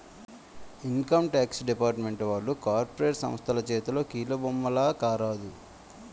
income tax department వాళ్లు corporate సంస్థల చేతిలో కీలుబొమ్మల కారాదు